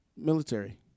military